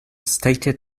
stated